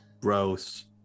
Gross